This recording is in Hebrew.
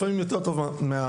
לפעמים יותר טוב מהפריפריה.